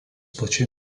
plačiai